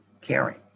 caring